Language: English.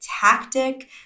tactic